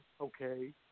okay